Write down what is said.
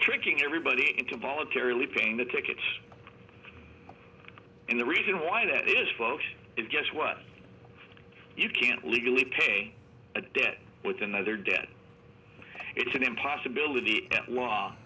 tricking everybody into voluntarily paying the tickets and the reason why that is folks just were you can't legally pay a debt with another debt it's an impossibility